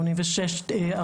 שמונים ושישה.